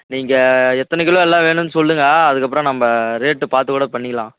நீங்கள் எத்தனை கிலோ எல்லாம் வேணும்னு சொல்லுங்கள் அதற்கப்பறம் நம்ப ரேட்டு பார்த்து கூட பண்ணிக்கலாம்